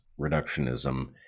reductionism